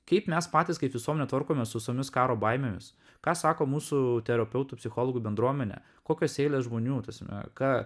kaip mes patys kaip visuomenė tvarkomės su tomis karo baimėmis ką sako mūsų terapeutų psichologų bendruomenė kokios eilės žmonių ta prasme ką